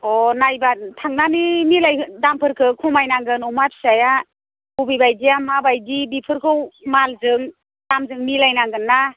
अ' नायबा थांनानै मिलाय दामफोरखौ खमायनांगोन अमा फिसाया अबे बायदिया मा बायदि बेफोरखौ मालजों दामजों मिलायनांगोनना